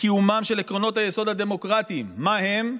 קיומם של עקרונות היסוד הדמוקרטיים" מהם?